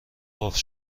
قفل